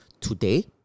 today